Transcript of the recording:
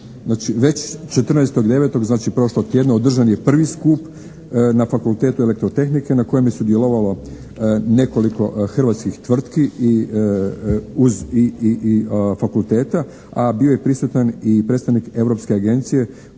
tjedna održan je prvi skup na Fakultetu elektrotehnike na kojem bi sudjelovalo nekoliko hrvatskih tvrtki i fakulteta, a bio je prisutan i predstavnik europske agencije